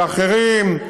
כשאחרים,